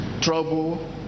Trouble